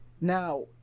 Now